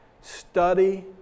Study